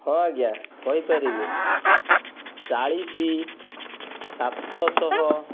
ହଁ ଆଜ୍ଞା କହିପାରିବି ଚାଳିଶି ସାତଶହ